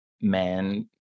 man